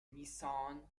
nissan